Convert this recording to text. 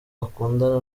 akundana